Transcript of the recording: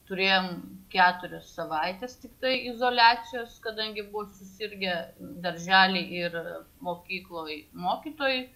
turėjom keturias savaites tiktai izoliacijos kadangi buvo susirgę daržely ir mokykloj mokytojai